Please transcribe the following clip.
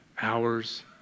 Hours